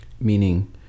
Meaning